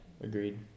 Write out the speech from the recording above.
Agreed